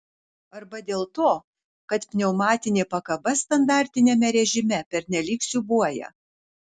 arba dėl to kad pneumatinė pakaba standartiniame režime pernelyg siūbuoja